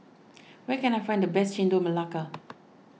where can I find the best Chendol Melaka